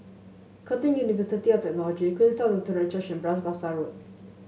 Curtin University of Technology Queenstown Lutheran Church and Bras Basah Road